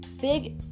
big